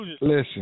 Listen